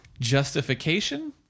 Justification